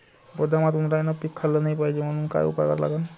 गोदामात उंदरायनं पीक खाल्लं नाही पायजे म्हनून का उपाय करा लागन?